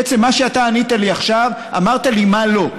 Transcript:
בעצם מה שאתה ענית לי עכשיו, אמרת לי מה לא,